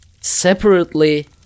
separately